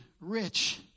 rich